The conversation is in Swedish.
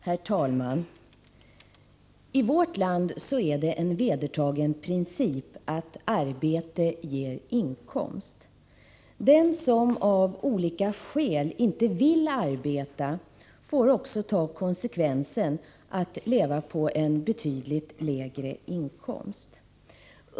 Herr talman! I vårt land är det en vedertagen princip att arbete ger inkomst. Den som av olika skäl inte vill arbeta får också ta konsekvensen att leva på en betydligt lägre inkomst.